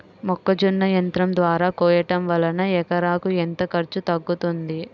మొక్కజొన్న యంత్రం ద్వారా కోయటం వలన ఎకరాకు ఎంత ఖర్చు తగ్గుతుంది?